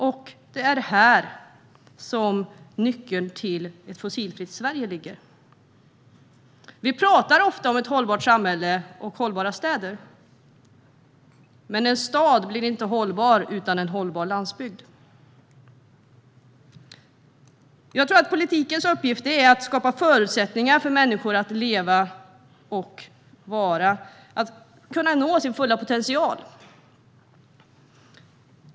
Och det är här som nyckeln till ett fossilfritt Sverige ligger. Vi talar ofta om ett hållbart samhälle och hållbara städer, men en stad blir inte hållbar utan en hållbar landsbygd. Jag tror att politikens uppgift är att skapa förutsättningar för människor att leva och kunna nå sin fulla potential.